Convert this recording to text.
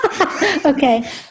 Okay